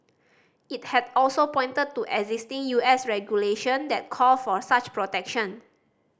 it had also pointed to existing U S regulation that call for such protection